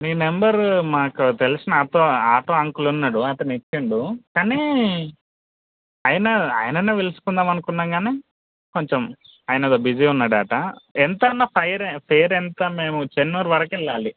మీ number మాకు తెలిసిన auto auto uncle ఉన్నాడు అతను ఇచ్చిండు కానీ ఆయన ఆయననే పిలుచుకుందామని అనుకున్నాము కానీ కొంచెం ఆయన ఏదో బిజీగా ఉన్నాడట ఎంత అన్న ఫైర్ ఫెయిర్ ఎంత మేము చెన్నూరు వరకు వెళ్ళాలి